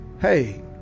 hey